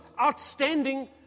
outstanding